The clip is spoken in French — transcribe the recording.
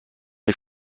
les